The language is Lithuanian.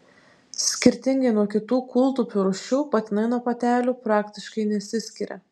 skirtingai nuo kitų kūltupių rūšių patinai nuo patelių praktiškai nesiskiria